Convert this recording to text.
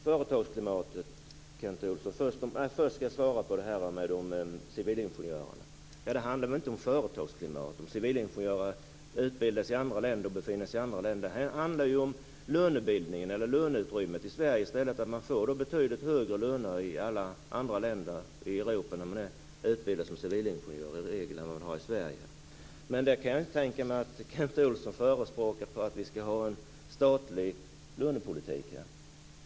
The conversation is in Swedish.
Jag skall svara på frågan om civilingenjörerna. Det handlar väl inte om företagsklimat om civilingenjörer utbildar sig och befinner sig i andra länder. Det handlar om löneutrymmet i Sverige. Man får betydligt högre lön i alla andra länder i Europa än man får i Sverige när man är utbildad till civilingenjör. Men jag kan inte tänka mig att Kent Olsson förespråkar att vi skall ha en statlig lönepolitik.